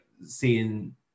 seeing